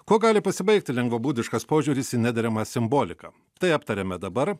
kuo gali pasibaigti lengvabūdiškas požiūris į nederamą simboliką tai aptarėme dabar